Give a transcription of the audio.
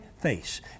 face